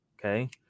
Okay